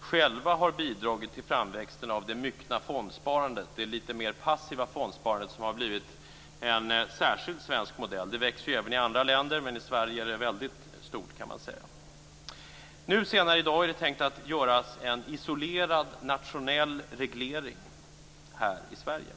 själva bidragit till framväxten av det myckna fondsparandet, dvs. det passiva fondsparandet som har blivit en särskild svensk modell. Sparandet växer även i andra länder, men i Sverige är det väldigt stort. Senare i dag är det tänkt att det skall skapas en isolerad nationell reglering här i Sverige.